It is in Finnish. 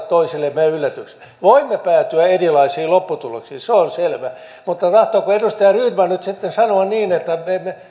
toisillemme yllätyksiä voimme päätyä erilaisiin lopputuloksiin se on selvä mutta tahtooko edustaja rydman nyt sitten sanoa niin että me emme